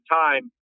time